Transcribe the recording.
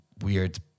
weird